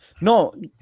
no